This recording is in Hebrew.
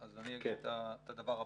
אז אני אגיד את הדבר הבא.